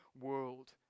world